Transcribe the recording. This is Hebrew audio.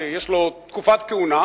שיש לו תקופת כהונה,